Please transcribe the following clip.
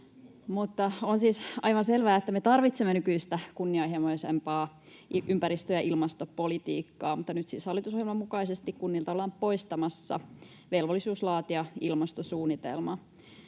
On aivan selvää, että me tarvitsemme nykyistä kunnianhimoisempaa ympäristö- ja ilmastopolitiikkaa, mutta nyt siis hallitusohjelman mukaisesti kunnilta ollaan poistamassa velvollisuus laatia ilmastosuunnitelma.